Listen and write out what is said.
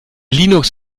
linux